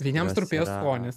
vieniems rūpėjo skonis